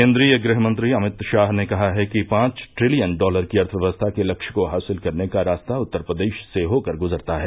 केन्दीय गृह मंत्री अमित शाह ने कहा है कि पाँच ट्रिलियन डॉलर की अर्थव्यवस्था के लक्ष्य को हासिल करने का रास्ता उत्तर प्रदेश से होकर गुज़रता है